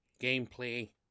gameplay